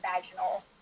vaginal